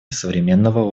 современного